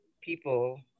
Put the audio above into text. people